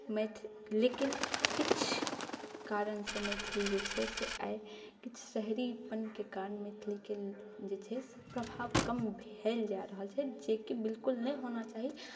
लेकिन किछु कारणसँ मैथिली जे छै से आइ किछु शहरीपनके कारण मैथिलीके जे छै प्रभाव कम भेल जा रहल छै जेकि बिल्कुल नहि होना चाही